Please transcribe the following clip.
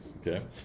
Okay